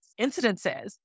incidences